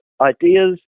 ideas